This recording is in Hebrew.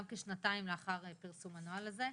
גם כשנתיים לאחר פרסום הנוהל הזה.